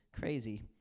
Crazy